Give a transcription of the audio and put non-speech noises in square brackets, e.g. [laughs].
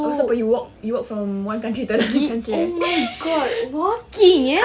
pastu gi walk you walk from one country to another [laughs]